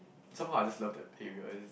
somehow I just love that area is